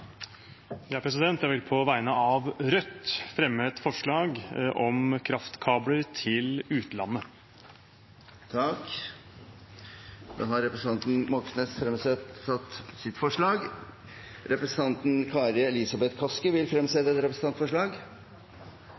Jeg vil på vegne av Rødt fremme et forslag om kraftkabler til utlandet. Representanten Kari Elisabeth Kaski vil fremsette et representantforslag. På vegne av representantene Karin Andersen, Torgeir Knag Fylkesnes, Gina Barstad, Marius Meisfjord Jøsevold og meg selv vil